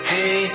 Hey